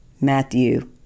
Matthew